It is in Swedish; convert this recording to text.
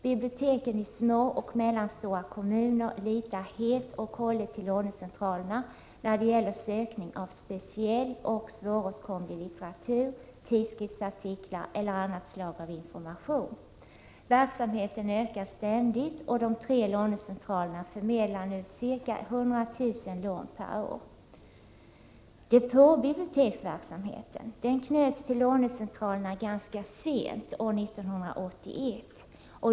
Biblioteken i små och mellanstora kommuner förlitar sig helt och hållet på lånecentralerna när det gäller sökning av speciell och svåråtkomlig litteratur, tidskriftsartiklar eller annat slag av information. Verksamheten ökar ständigt, och de tre lånecentralerna förmedlar nu ca 100 000 lån per år. Depåbiblioteksverksamheten knöts till lånecentralerna ganska sent, nämligen år 1981.